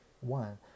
one